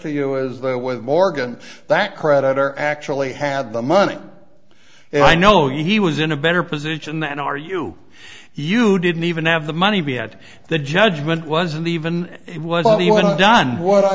to you is that with morgan that creditor actually had the money i know you he was in a better position than are you you didn't even have the money to be at the judgment wasn't even it wasn't even done what i